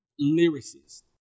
Lyricist